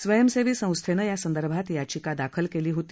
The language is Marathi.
स्वयंसेवी संस्थेनं या संदर्भात याचिका दाखल केली होती